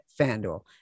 FanDuel